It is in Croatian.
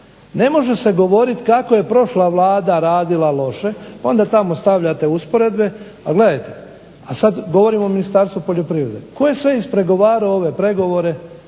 ne može se govoriti kako je prošla Vlada radila loše pa onda tamo stavljate usporedbe. Pa gledajte, a sad govorim o Ministarstvu poljoprivrede, tko je sve ispregovarao ove pregovore